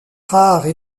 rares